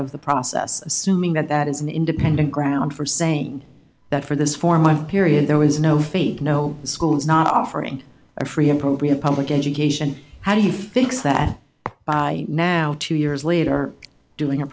of the process assuming that that is an independent ground for saying that for this for my period there was no faith no schools not offering a free appropriate public education how do you fix that by now two years later doing